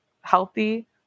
healthy